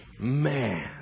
Man